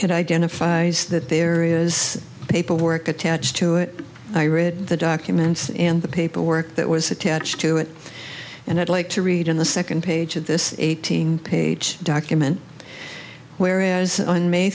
it identifies that there is paperwork attached to it i read the documents and the paperwork that was attached to it and i'd like to read in the second page of this eighteen page document whereas on may